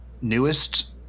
newest